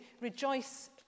rejoice